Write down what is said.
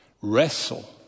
wrestle